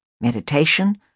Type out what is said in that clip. meditation